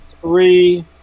three